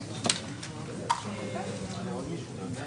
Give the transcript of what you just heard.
בניגוד לפסד"פ,